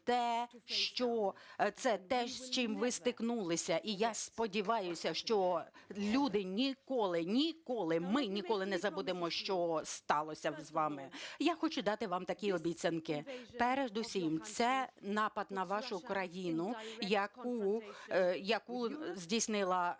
Це те, з чим ви стикнулися, і я сподіваюся, що люди ніколи, ніколи, ми ніколи не забудемо, що сталося з вами. Я хочу дати вам такі обіцянки. Передусім це напад на вашу країну, який здійснила